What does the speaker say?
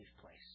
place